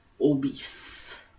obese